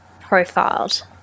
profiled